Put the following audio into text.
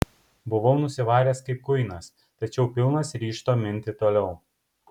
buvau nusivaręs kaip kuinas tačiau pilnas ryžto minti toliau